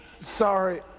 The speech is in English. Sorry